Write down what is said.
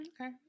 Okay